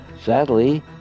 sadly